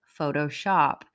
Photoshop